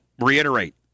reiterate